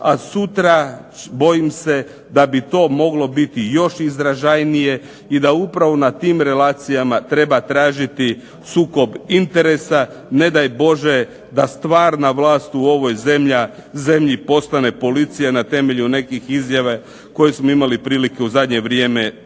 A sutra bojim se da bi to moglo biti još izražajnije i da upravo na tim relacijama treba tražiti sukob interesa. Ne daj Bože da stvarna vlast u ovoj zemlji postane policija, na temelju nekih izjava koje smo imali prilike u zadnje vrijeme pratiti.